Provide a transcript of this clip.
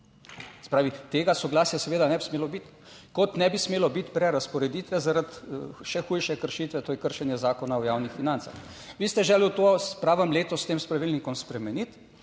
tega soglasja seveda ne bi smelo biti, kot ne bi smelo biti prerazporeditve zaradi še hujše kršitve, to je kršenje Zakona o javnih financah. Vi ste želel to, pravim(?), letos s tem pravilnikom spremeniti